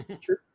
True